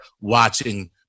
watching